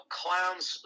clowns